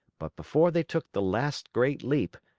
but before they took the last great leap,